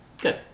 good